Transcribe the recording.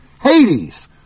Hades